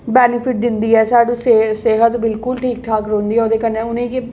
benefit दिंदी ऐ स्हानूं सेह्त बिल्कुल ठीक ठाक रौंह्दी ऐ ओह्दे कन्नै उ'नेंगी